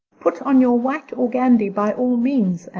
put on your white organdy, by all means,